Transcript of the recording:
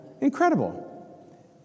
incredible